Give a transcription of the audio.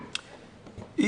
היו"ר,